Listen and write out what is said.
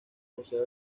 museo